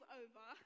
over